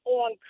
on